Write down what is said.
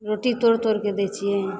रोटी तोड़ि तोड़िके दै छिए